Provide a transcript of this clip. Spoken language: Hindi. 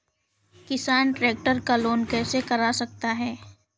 किसान ट्रैक्टर का लोन कैसे करा सकता है?